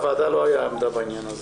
לוועדה לא הייתה עמדה בעניין הזה.